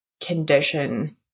condition